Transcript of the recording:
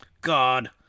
God